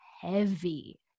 heavy